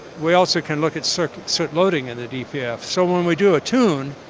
we also can look at soot soot loading in the dpf so when we do a tune,